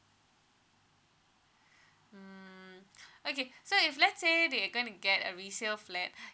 mm okay so if let's say they're going to get a resale flat